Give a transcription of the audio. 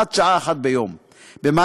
לא,